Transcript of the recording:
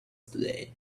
today